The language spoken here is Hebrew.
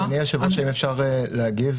אדוני היושב-ראש, האם אפשר להגיב?